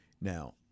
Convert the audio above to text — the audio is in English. now